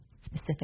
specific